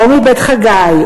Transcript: או מבית-חגי,